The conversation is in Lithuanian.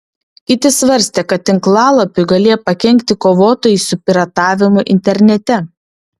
kiti svarstė kad tinklalapiui galėjo pakenkti kovotojai su piratavimu internete